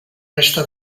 resta